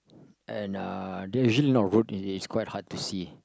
and uh they usually not rude and is quite hard to see